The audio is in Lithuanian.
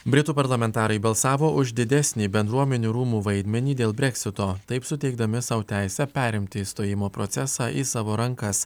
britų parlamentarai balsavo už didesnį bendruomenių rūmų vaidmenį dėl breksito taip suteikdami sau teisę perimti išstojimo procesą į savo rankas